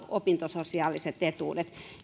opintososiaaliset etuudet